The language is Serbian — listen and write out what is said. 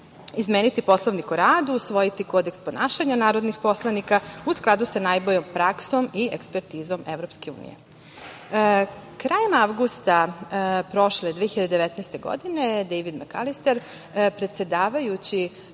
izmeniti Poslovnik o radu, usvojiti kodeks ponašanja narodnih poslanika u skladu sa najboljom praksom i ekspertizom EU.Krajem avgusta 2019. godine, Dejvid Mekalister, predsedavajući